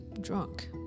drunk